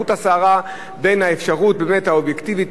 כחוט השערה בין האפשרות האובייקטיבית,